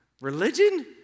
Religion